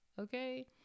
okay